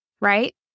right